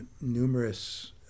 numerous